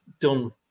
done